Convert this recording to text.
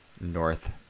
north